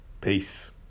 peace